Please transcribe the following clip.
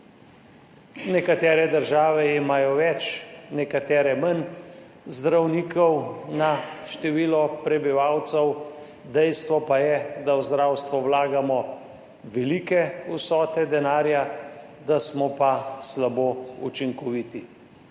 nekatere države imajo več, nekatere manj zdravnikov na število prebivalcev, dejstvo pa je, da v zdravstvo vlagamo velike vsote denarja, da smo pa slabo učinkoviti.